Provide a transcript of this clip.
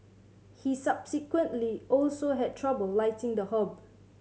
he subsequently also had trouble lighting the hob